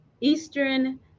Eastern